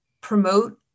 promote